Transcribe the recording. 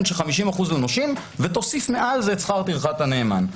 של 50% לנושים ותוסיף מעל זה את שכר טרחת הנאמן.